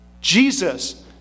Jesus